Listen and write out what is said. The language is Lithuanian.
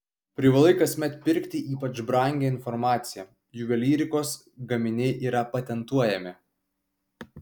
privalai kasmet pirkti ypač brangią informaciją juvelyrikos gaminiai yra patentuojami